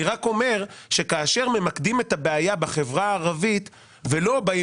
אני רק אומר שזה לא נכון למקד את הבעיה בחברה הערבית במקום